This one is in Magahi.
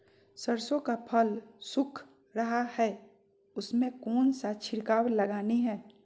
सरसो का फल सुख रहा है उसमें कौन सा छिड़काव लगानी है?